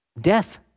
death